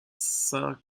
cinq